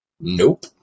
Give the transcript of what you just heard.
Nope